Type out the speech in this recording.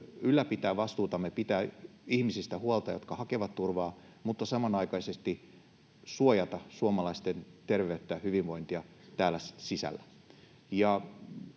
ylläpitää vastuutamme, pitää huolta ihmisistä, jotka hakevat turvaa, mutta samanaikaisesti suojata suomalaisten terveyttä ja hyvinvointia täällä sisällä.